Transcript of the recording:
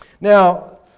Now